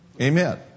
Amen